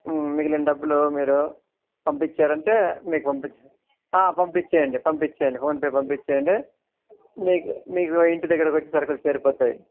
మిగిలిన డబ్బులు మీరు పంపించారు అంటే మీకు పంపించే పంపించేయండి ఫోన్పే పంపించేయండి మీకు మీకు ఇంటి దగ్గరకు వచ్చి సరుకులు చేరిపోతాయి